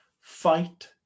Fight